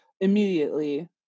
immediately